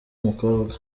mukobwa